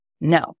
No